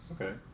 Okay